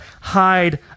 hide